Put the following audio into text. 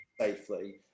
safely